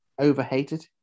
overhated